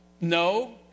No